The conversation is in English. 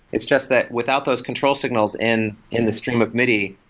it's just that without those control signals in in the stream of midi,